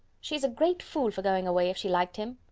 she is a great fool for going away, if she liked him.